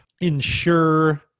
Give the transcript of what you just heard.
ensure